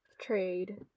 trade